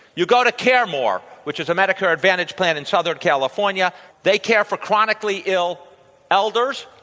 you go to care more, which is a medicare advantage plan in south california they care for chronically ill elders,